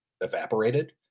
evaporated